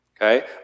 okay